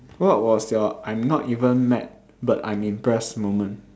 what was your I'm not even mad but I'm impressed moment